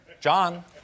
John